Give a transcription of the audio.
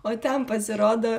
o ten pasirodo